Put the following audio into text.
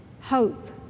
hope